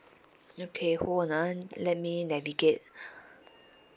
okay hold on ah let me navigate